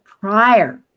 prior